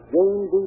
James